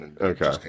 okay